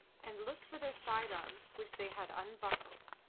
and looked for their side-arms which they had unbuckled.